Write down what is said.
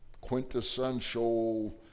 quintessential